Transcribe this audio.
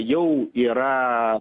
jau yra